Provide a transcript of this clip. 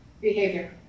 behavior